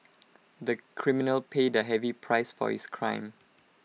the criminal paid A heavy price for his crime